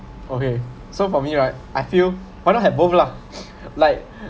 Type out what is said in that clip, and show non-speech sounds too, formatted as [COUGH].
okay so for me right I feel why not have both lah [NOISE] like [BREATH]